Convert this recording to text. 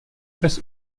bez